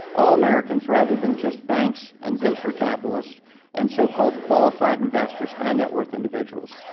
all americans rather than just banks and venture capitalists and socalled qualified investors, high net worth individuals,